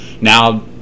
Now